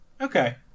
Okay